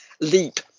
leap